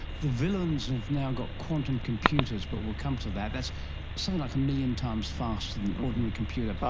the villains have now got quantum computers, but we'll come to that, that's something like a million times faster than ordinary computers.